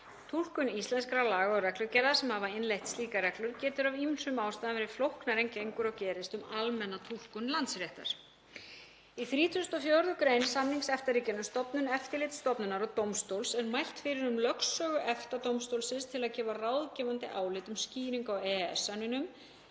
Túlkun íslenskra laga og reglugerða sem hafa innleitt slíkar reglur getur af ýmsum ástæðum verið flóknari en gengur og gerist um almenna túlkun landsréttar. Í 34. gr. samningsins milli EFTA-ríkjanna um stofnun eftirlitsstofnunar og dómstóls er mælt fyrir um lögsögu EFTA-dómstólsins til þess að gefa ráðgefandi álit um skýringu á EES-samningnum